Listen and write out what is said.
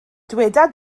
dyweda